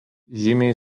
žymiai